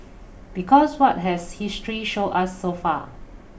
because what has history showed us so far